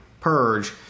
purge